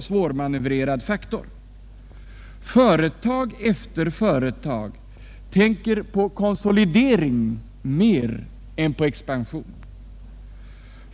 svärmanövrerad faktor. Företag efter företag tänker mer på konsolidering än på expansion.